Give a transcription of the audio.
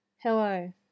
Hello